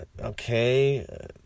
Okay